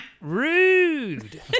Rude